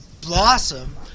blossom